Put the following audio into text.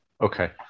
Okay